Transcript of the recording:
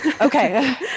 okay